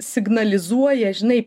signalizuoja žinai